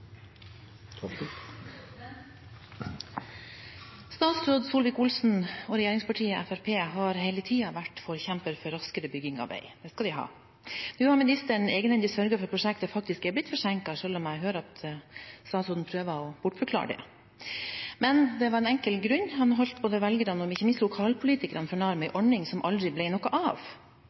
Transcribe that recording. Statsråd Solvik-Olsen og regjeringspartiet Fremskrittspartiet har hele tiden vært forkjempere for raskere bygging av vei – det skal de ha. Nå har ministeren egenhendig sørget for at prosjektet faktisk er blitt forsinket, selv om jeg hører at statsråden prøver å bortforklare det. Men det var en enkel grunn. Han holdt både velgerne og ikke minst lokalpolitikerne for narr med en ordning som aldri ble noe av.